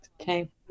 okay